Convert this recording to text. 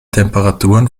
temperaturen